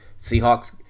Seahawks